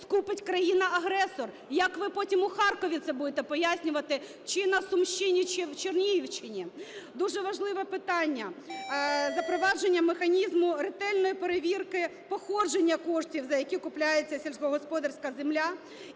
скупить країна-агресор. І як ви потім у Харкові це будете пояснювати чи на Сумщині, чи Чернігівщині? Дуже важливе питання – запровадження механізму ретельної перевірки походження коштів, за які купляється сільськогосподарська земля.